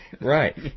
Right